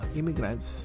immigrants